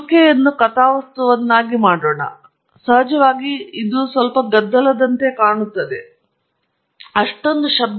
ಆದ್ದರಿಂದ ನಾವು ಬೇಕಾಗಿರುವುದನ್ನು ಹೋಲುತ್ತದೆ ಸಹಜವಾಗಿ ಇದು ಸ್ವಲ್ಪ ಗದ್ದಲದಂತೆ ಕಾಣುತ್ತದೆ ಅಷ್ಟೊಂದು ಶಬ್ಧವಿಲ್ಲ